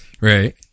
Right